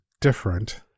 different